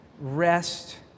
rest